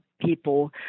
people